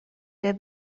der